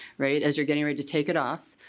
right as you're getting ready to take it off,